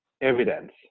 evidence